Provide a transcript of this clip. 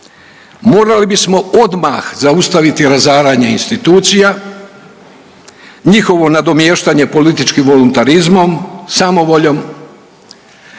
Morali bismo odmah zaustaviti razaranje institucija, njihovo nadomještanje političkim voluntarizmom, samovoljom